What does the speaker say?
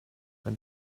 wenn